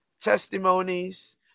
testimonies